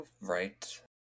Right